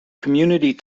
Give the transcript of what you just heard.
community